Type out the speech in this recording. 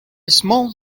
small